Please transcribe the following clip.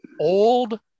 Old